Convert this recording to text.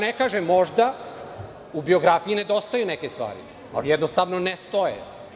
Ne kažem, možda u biografiji nedostaju neke stvari, ali jednostavno ne stoje.